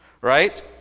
right